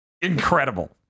Incredible